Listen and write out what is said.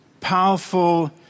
Powerful